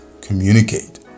communicate